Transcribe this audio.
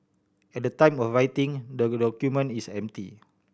at the time of writing the document is empty